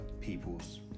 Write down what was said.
people's